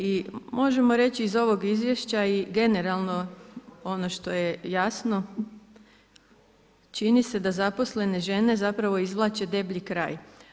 I možemo reći iz ovog izvješća i generalno ono što je jasno čini se da zaposlene žene zapravo izvlače deblji kraj.